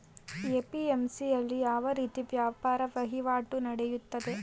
APMC ಯಲ್ಲಿ ಯಾವ ರೀತಿ ವ್ಯಾಪಾರ ವಹಿವಾಟು ನೆಡೆಯುತ್ತದೆ?